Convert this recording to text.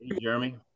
Jeremy